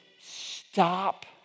stop